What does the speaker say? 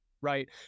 right